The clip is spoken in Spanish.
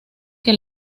que